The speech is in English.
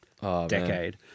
decade